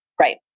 Right